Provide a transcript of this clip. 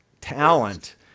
talent